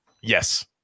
Yes